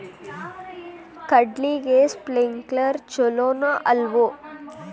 ಕಡ್ಲಿಗೆ ಸ್ಪ್ರಿಂಕ್ಲರ್ ಛಲೋನೋ ಅಲ್ವೋ?